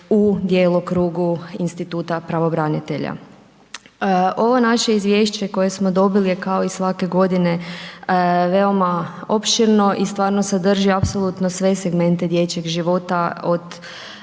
u djelokrugu instituta pravobranitelja. Ovo naše izvješće koje smo dobili kao i svake godine veoma opširno i stvarno sadrži sve segmente dječjeg života od